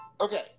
Okay